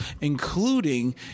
including